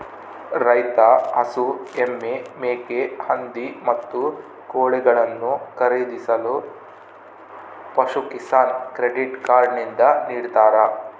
ರೈತ ಹಸು, ಎಮ್ಮೆ, ಮೇಕೆ, ಹಂದಿ, ಮತ್ತು ಕೋಳಿಗಳನ್ನು ಖರೀದಿಸಲು ಪಶುಕಿಸಾನ್ ಕ್ರೆಡಿಟ್ ಕಾರ್ಡ್ ನಿಂದ ನಿಡ್ತಾರ